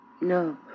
No